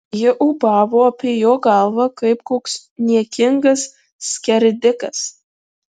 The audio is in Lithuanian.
ji ūbavo apie jo galvą kaip koks niekingas skerdikas